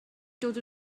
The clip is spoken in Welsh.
dod